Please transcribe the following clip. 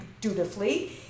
dutifully